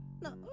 No